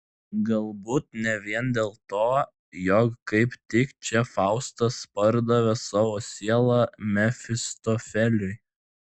galbūt ne vien dėl to jog kaip tik čia faustas pardavė savo sielą mefistofeliui